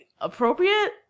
appropriate